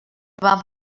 van